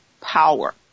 power